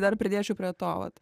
dar pridėčiau prie to vat